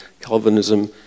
Calvinism